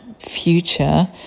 future